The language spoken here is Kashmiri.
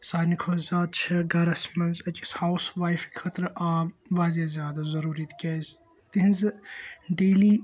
سانہِ کھۄتہٕ زیادٕ چھِ گَرَس منٛز أکِس ہاوُس وایَفہِ خٲطرٕ آب وارِیاہ زیادٕ ضروری تِکیازِ تِہنٛزٕ ڈیلی